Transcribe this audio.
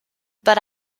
but